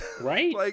right